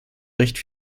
recht